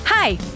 Hi